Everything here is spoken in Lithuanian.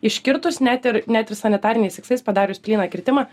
iškirtus net ir net ir sanitariniais tikslais padarius plyną kirtimą